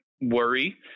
worry